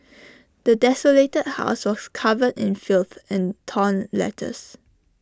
the desolated house was covered in filth and torn letters